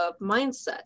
mindset